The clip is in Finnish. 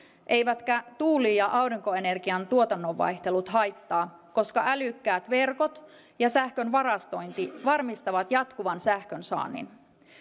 eivätkä tuuli ja aurinkoenergian tuotannonvaihtelut haittaa koska älykkäät verkot ja sähkön varastointi varmistavat jatkuvan sähkönsaannin